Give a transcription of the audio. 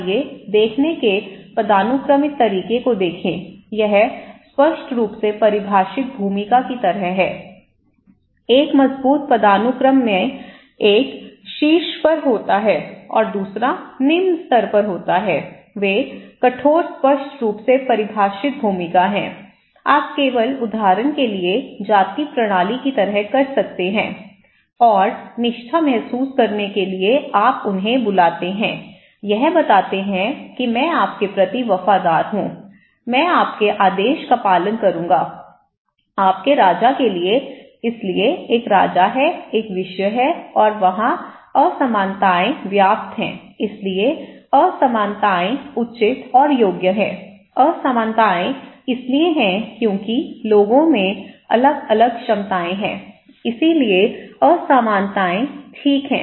आइए देखने के पदानुक्रमित तरीके को देखें यह स्पष्ट रूप से परिभाषित भूमिका की तरह है एक मजबूत पदानुक्रम मैं एक शीर्ष पर होता है और दूसरा निम्न स्तर पर होता है वे कठोर स्पष्ट रूप से परिभाषित भूमिका हैं आप केवल उदाहरण के लिए जाति प्रणाली की तरह कर सकते हैं और निष्ठा महसूस करने के लिए आप उन्हें बुलाते हैं यह बताते हैं कि मैं आपके प्रति वफादार हूं मैं आपके आदेश का पालन करूंगा आपके राजा के लिए इसलिए एक राजा है एक विषय है और वहां असमानताएं व्याप्त हैं इसलिए असमानताएं उचित और योग्य हैं असमानताएं इसलिए हैं क्योंकि लोगों में अलग अलग क्षमताएं हैं इसीलिए असमानताएं ठीक हैं